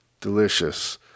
delicious